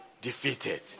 defeated